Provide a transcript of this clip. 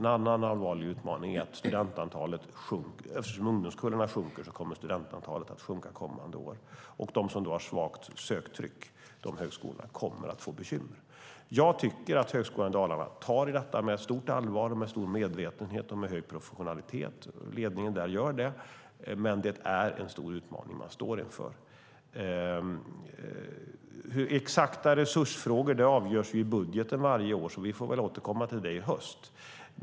En annan allvarlig utmaning är att eftersom ungdomskullarna blir mindre kommer studentantalet att sjunka de kommande åren. De högskolor som då har svagt söktryck kommer att få bekymmer. Jag tycker att man tar i detta på Högskolan Dalarna med stort allvar, med stor medvetenhet och hög professionalitet. Ledningen gör det, men det är en stor utmaning man står inför. Exakta resursfrågor avgörs i budgeten varje år. Vi får väl återkomma till dem i höst.